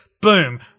Boom